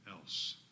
else